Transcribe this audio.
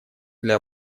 для